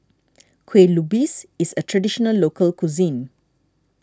Kueh Lupis is a Traditional Local Cuisine